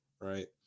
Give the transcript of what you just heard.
right